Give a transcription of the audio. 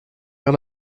vers